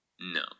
No